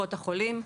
וקופות החולים.